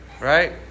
right